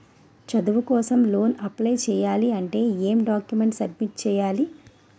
చదువు కోసం loan apply చేయాలి అంటే ఎం డాక్యుమెంట్స్ సబ్మిట్ చేయాలి?